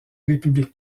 république